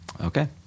Okay